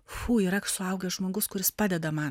fu yra suaugęs žmogus kuris padeda man